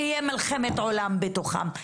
תהיה מלחמת עולם בתוכם.